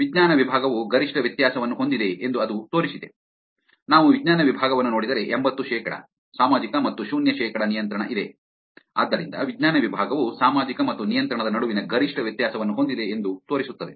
ವಿಜ್ಞಾನ ವಿಭಾಗವು ಗರಿಷ್ಠ ವ್ಯತ್ಯಾಸವನ್ನು ಹೊಂದಿದೆ ಎಂದು ಅದು ತೋರಿಸಿದೆ ನಾವು ವಿಜ್ಞಾನ ವಿಭಾಗವನ್ನು ನೋಡಿದರೆ ಎಂಭತ್ತು ಶೇಕಡಾ ಸಾಮಾಜಿಕ ಮತ್ತು ಶೂನ್ಯ ಶೇಕಡಾ ನಿಯಂತ್ರಣ ಇದೆ ಆದ್ದರಿಂದ ವಿಜ್ಞಾನ ವಿಭಾಗವು ಸಾಮಾಜಿಕ ಮತ್ತು ನಿಯಂತ್ರಣದ ನಡುವಿನ ಗರಿಷ್ಠ ವ್ಯತ್ಯಾಸವನ್ನು ಹೊಂದಿದೆ ಎಂದು ತೋರಿಸುತ್ತದೆ